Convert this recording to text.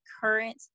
current